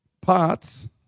parts